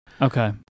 Okay